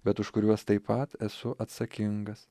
bet už kuriuos taip pat esu atsakingas